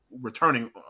returning